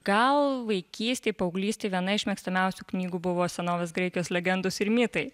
gal vaikystėj paauglystėj viena iš mėgstamiausių knygų buvo senovės graikijos legendos ir mitai